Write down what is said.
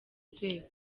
rwego